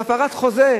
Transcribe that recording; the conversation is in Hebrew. זו הפרת חוזה.